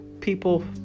people